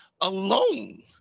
alone